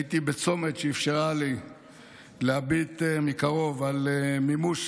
הייתי בצומת שאפשר לי להביט מקרוב על מימוש